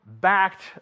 backed